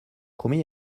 combien